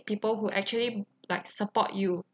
people who actually like support you